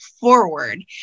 forward